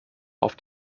auf